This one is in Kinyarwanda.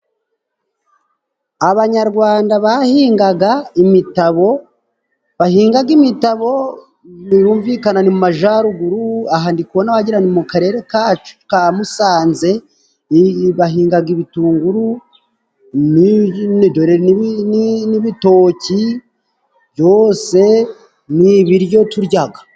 Abanyarwanda bahingaga imitabo, bahingaga imitabo birumvikana ni mu majaruguru aha ndi kubona wagira ngo ni mu karere kacu ka Musanze, bahingaga ibitunguru n'ibitoki byose ni ibiryo turyaga.